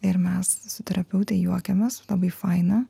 ir mes su terapeute juokiamės labai faina